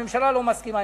הממשלה לא מסכימה,